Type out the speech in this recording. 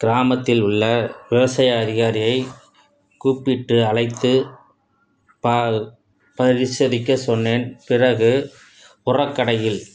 கிராமத்தில் உள்ள விவசாய அதிகாரியை கூப்பிட்டு அழைத்து பா பரிசோதிக்க சொன்னேன் பிறகு உரக்கடையில்